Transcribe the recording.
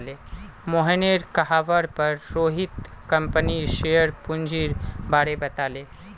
मोहनेर कहवार पर रोहित कंपनीर शेयर पूंजीर बारें बताले